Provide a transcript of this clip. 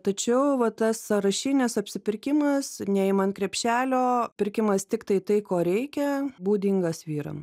tačiau vat tas sąrašinis apsipirkimas neimant krepšelio pirkimas tiktai tai ko reikia būdingas vyram